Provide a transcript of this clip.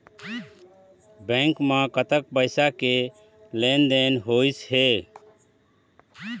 Bank म कतक पैसा के लेन देन होइस हे?